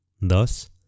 Thus